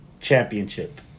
championship